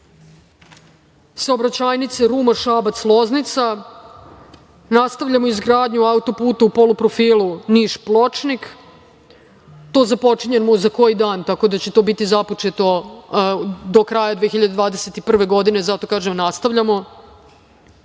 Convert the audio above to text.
saobraćajnice Ruma-Šabac-Loznica, izgradnju auto-puta u poluprofilu Niš-Pločnik, to započinjemo za koji dan, tako da će to biti započeto do kraja 2021. godine, zato kažem nastavljamo. Nastavljamo